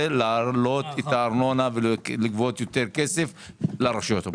להעלות את הארנונה ולגבות יותר כסף לרשויות המקומיות.